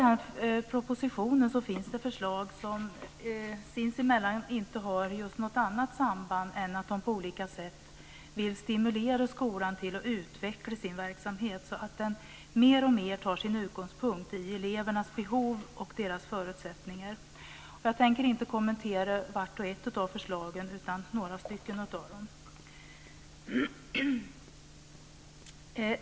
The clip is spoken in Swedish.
I propositionen finns det förslag som sinsemellan inte har just något annat samband än att de på olika sätt syftar till att stimulera skolan att utveckla sin verksamhet, så att den mer och mer tar sin utgångspunkt i elevernas behov och förutsättningar. Jag tänker inte kommentera vart och ett av förslagen utan bara några av dem.